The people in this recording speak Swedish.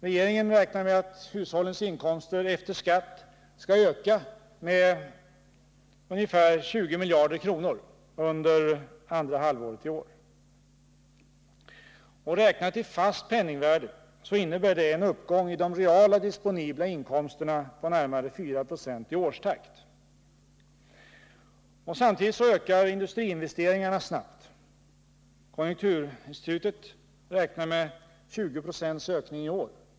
Regeringen räknar med att hushållens inkomster efter skatt skall öka med ungefär 20 miljarder kronor under andra halvåret i år. Räknat i fast penningvärde innebär det en uppgång i de reala disponibla inkomsterna på närmare 4 Yo i årstakt. Samtidigt ökar industriinvesteringarna snabbt. Konjunkturinstitutet räknar med 20 90 ökning i år.